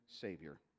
savior